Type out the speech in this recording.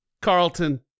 Carlton